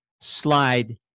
slide